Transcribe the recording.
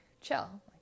chill